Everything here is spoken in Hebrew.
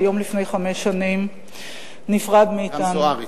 שהיום לפני חמש שנים נפרד מאתנו,